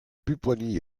pupponi